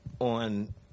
on